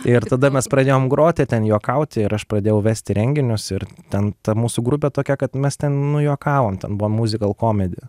ir tada mes pradėjom groti ten juokauti ir aš pradėjau vesti renginius ir ten ta mūsų grupė tokia kad mes ten nu juokavom ten buvo muzikal komedi